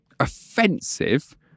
offensive